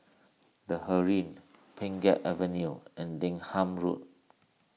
the Heeren Pheng Geck Avenue and Denham Road